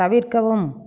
தவிர்க்கவும்